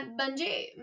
bungee